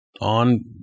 on